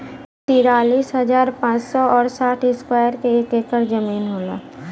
तिरालिस हजार पांच सौ और साठ इस्क्वायर के एक ऐकर जमीन होला